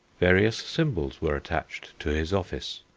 various symbols were attached to his office.